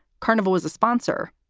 carnival is a sponsor.